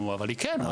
נו, אבל היא כן.